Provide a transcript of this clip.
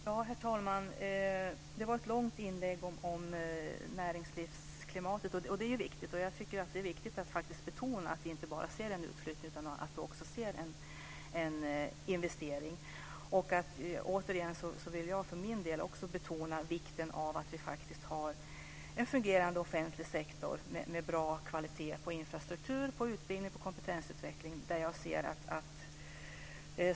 Herr talman! Det var ett långt inlägg om näringslivsklimatet. Det är ju viktigt. Det är också viktigt att betona att vi inte bara ser en utflyttning av företag utan också investeringar. Jag vill för min del också betona vikten av att vi har en fungerande offentlig sektor med bra kvalitet på infrastruktur, utbildning och kompetensutveckling.